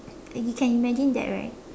like you can imagine that right